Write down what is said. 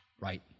right